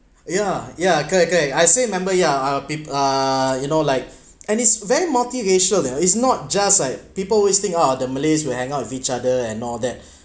yeah yeah correct correct I still remember yeah uh peop~ uh you know like and it's very motivational there is not just like people wasting oh the malays will hang out with each other and all that